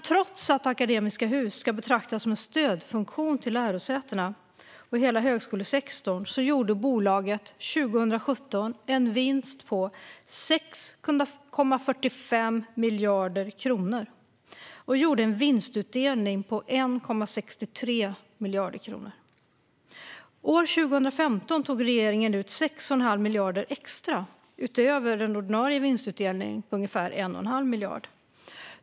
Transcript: Trots att Akademiska Hus ska betraktas som en stödfunktion för lärosätena och hela högskolesektorn gjorde bolaget 2017 en vinst på 6,45 miljarder kronor, och man gjorde en vinstutdelning på 1,63 miljarder kronor. År 2015 tog regeringen ut 6 1⁄2 miljard extra utöver den ordinarie vinstutdelningen, på ungefär 1 1⁄2 miljard.